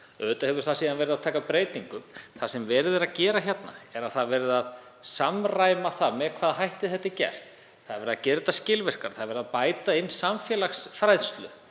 Auðvitað hefur það síðan verið að taka breytingum. Það sem verið er að gera hér er að verið er að samræma með hvaða hætti þetta er gert. Það er verið er að gera þetta skilvirkara. Það er verið að bæta inn samfélagsfræðslu